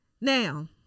Now